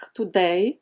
today